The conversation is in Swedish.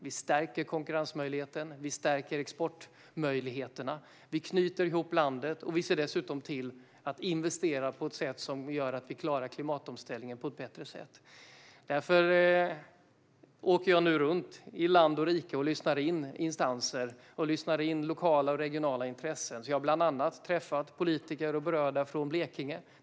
Vi stärker konkurrensmöjligheten. Vi stärker exportmöjligheterna. Vi knyter ihop landet, och vi ser dessutom till att investera på ett sätt som gör att vi klarar klimatomställningen bättre. Därför åker jag nu land och rike runt och lyssnar till instanser och regionala och lokala intressen. Jag har naturligtvis bland annat träffat politiker och berörda från Blekinge.